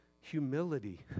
humility